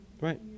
right